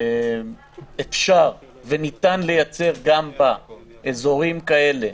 שאפשר וניתן לייצר גם בה אזורים כאלה.